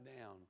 down